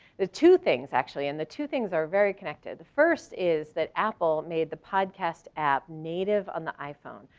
the two things actually and the two things are very connected. the first is that apple made the podcast app native on the iphone,